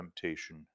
temptation